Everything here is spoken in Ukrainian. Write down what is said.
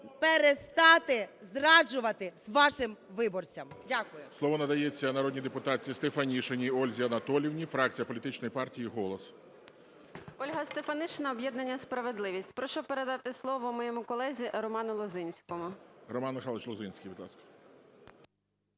перестати зраджувати вашим виборцям. Дякую.